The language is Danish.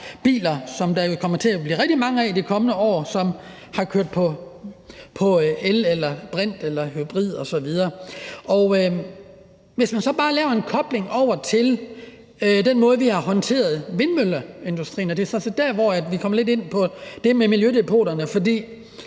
biler, som der jo kommer til at blive rigtig mange af i de kommende år, og som har kørt på el eller brint eller er hybrid osv. Man kan så bare lave en kobling over til den måde, vi har håndteret vindmølleindustrien på. Det er sådan set der, vi kommer lidt ind på det med miljøzonerne. For